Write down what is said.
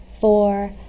four